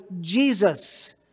Jesus